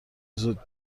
زود